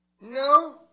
No